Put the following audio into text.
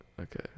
Okay